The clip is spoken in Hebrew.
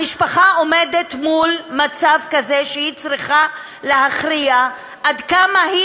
המשפחה עומדת במצב כזה שהיא צריכה להכריע עד כמה היא